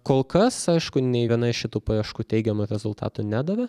kol kas aišku nei viena iš šitų paieškų teigiamo rezultato nedavė